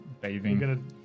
bathing